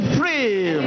free